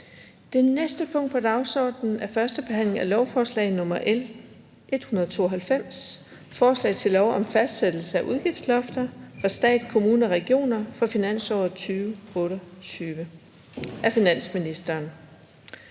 Det næste punkt på dagsordenen er: 2) 1. behandling af lovforslag nr. L 192: Forslag til lov om fastsættelse af udgiftslofter for stat, kommuner og regioner for finansåret 2028. Af finansministeren